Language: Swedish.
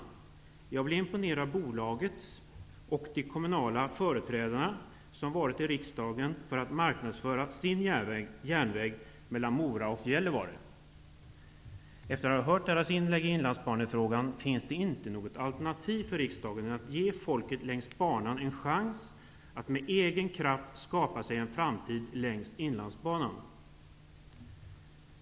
Jag har blivit imponerad av företrädare för bolaget och kommunerna som har besökt riksdagen för att marknadsföra deras järnväg mellan Mora och Gällivare. Efter att ha hört deras inlägg om Inlandsbanan finns det inte något annat alternativ för riksdagen än att ge folket längs banan en chans att med egna krafter skapa sig en framtid.